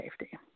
safety